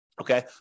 Okay